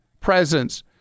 presence